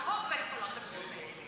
תחרות בין כל החברות האלה.